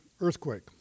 earthquake